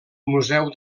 museu